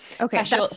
Okay